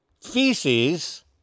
feces